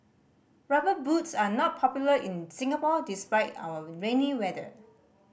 Rubber Boots are not popular in Singapore despite our rainy weather